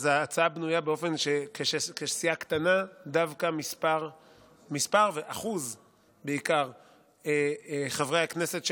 ההצעה בנויה באופן שבסיעה קטנה דווקא מספר ובעיקר אחוז חברי הכנסת שלה,